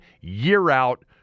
year-out